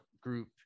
group